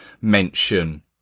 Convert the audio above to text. mention